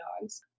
dogs